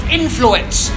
influence